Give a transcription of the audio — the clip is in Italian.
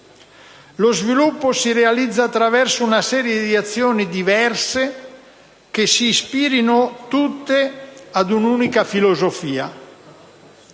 Lo sviluppo si realizza attraverso una serie di azioni diverse, che si ispirino tutte ad un' unica filosofia.